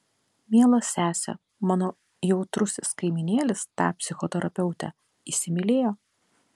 miela sese mano jautrusis kaimynėlis tą psichoterapeutę įsimylėjo